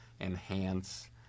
enhance